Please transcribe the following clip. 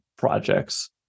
projects